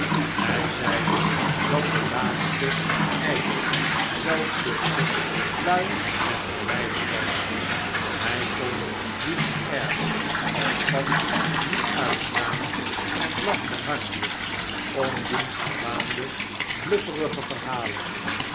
hij zeide dat de laatste ijdel zelfzuchtig lui en verwijfd was hij kon diens airs als fat niet uitstaan en lachte hartelijk om diens verwaande blufferige verhalen